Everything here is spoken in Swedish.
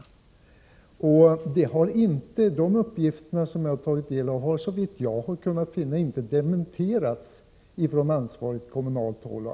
De uppgifter jag har tagit del av om att man har fått sådana utfästelser har såvitt jag har kunnat finna inte dementerats från ansvarigt kommunalt håll.